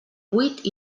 buit